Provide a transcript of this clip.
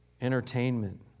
entertainment